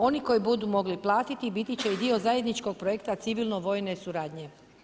Oni, koji budu mogli platiti, biti će i dio zajedničkog projekta civilno vojne suradnje.